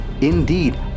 indeed